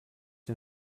den